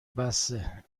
بسه